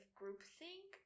groupthink